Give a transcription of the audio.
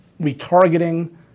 retargeting